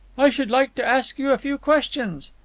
i should like to ask you a few questions.